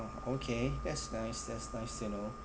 oh okay that's nice that's nice to know